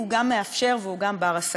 הוא גם מאפשר והוא גם בר-השגה.